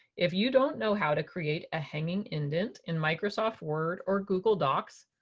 if you don't know how to create a hanging indent in microsoft word or google docs,